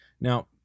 Now